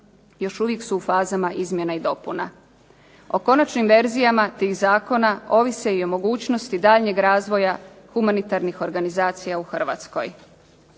još uvijek su u fazama izmjena i dopuna. O konačnim verzijama tih zakona ovise i mogućnosti daljnjeg razvoja humanitarnih organizacija u Hrvatskoj.